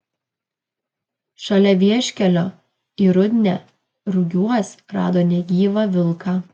šalia vieškelio į rudnią rugiuos rado negyvą vilką